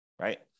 right